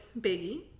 Biggie